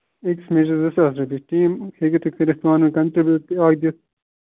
أکِس میچَس زٕ ساس رۄپیہِ ٹیٖم ہٮ۪کِو تُہۍ کٔرِتھ پانہٕ ؤنۍ کَنٹربیٖٹ تہٕ